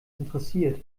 interessiert